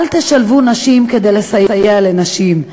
אל תשלבו נשים כדי לסייע לנשים,